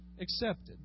accepted